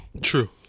True